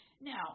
Now